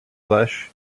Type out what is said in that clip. flesh